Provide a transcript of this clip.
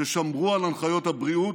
ששמרו על הנחיות הבריאות,